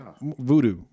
voodoo